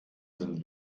sind